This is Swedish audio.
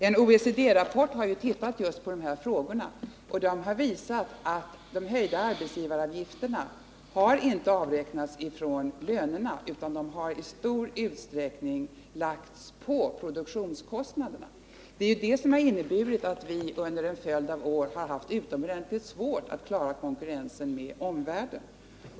En OECD-rapport som avser just de här frågorna har visat att de höjda arbetsgivaravgifterna inte har avräknats från lönerna, utan att de i stor utsträckning har lagts på produktionskostnaderna. Det har inneburit att vi under en följd av år har haft utomordentligt svårt att klara konkurrensen med omvärlden.